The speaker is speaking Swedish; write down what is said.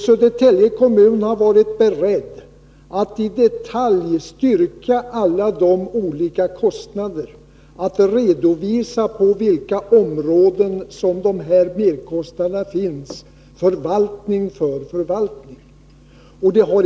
Södertälje kommun har varit beredd att i detalj styrka alla de olika kostnaderna och att redovisa på vilka områden som merkostnaderna finns, förvaltning för förvaltning.